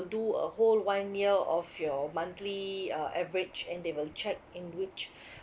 do a whole one year of your monthly uh average and they will check in which